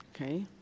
Okay